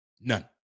None